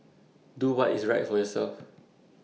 do what is right for yourself